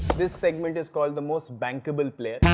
this segment is called the most bankable player.